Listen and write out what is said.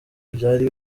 byari